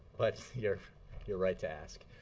but you're you're right to ask.